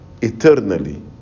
eternally